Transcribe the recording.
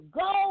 go